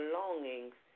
longings